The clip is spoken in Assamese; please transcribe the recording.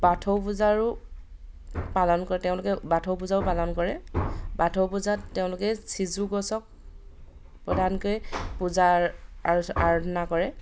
বাথৌ পূজাৰো পালন কৰে তেওঁলোকে বাথৌ পূজাও পালন কৰে বাথৌ পূজাত তেওঁলোকে সিজুগছক প্ৰধানকৈ পূজা আৰ আৰাধনা কৰে